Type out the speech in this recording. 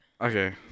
Okay